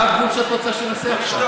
מה את רוצה שאני אעשה עכשיו?